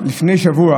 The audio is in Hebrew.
לפני שבוע